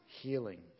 healing